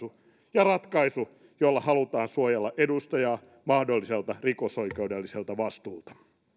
ja ratkaisu jolla halutaan suojella edustajaa mahdolliselta rikosoikeudelliselta vastuulta